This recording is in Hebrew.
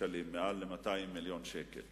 כבר עוד מעט חודש שהרשויות האלה שובתות.